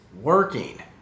working